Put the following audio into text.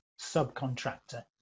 subcontractor